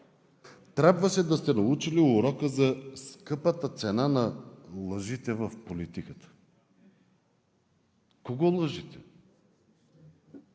трябваше да сте научили урока за скъпата цена на лъжите в политиката. Кого лъжете?